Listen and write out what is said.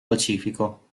pacifico